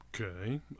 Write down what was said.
Okay